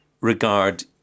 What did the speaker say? regard